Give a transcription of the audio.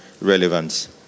relevance